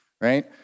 right